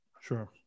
Sure